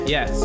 Yes